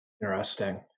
Interesting